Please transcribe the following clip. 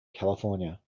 california